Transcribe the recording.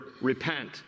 repent